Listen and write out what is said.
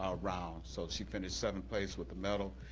ah round, so she finished seventh place with a medal,